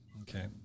Okay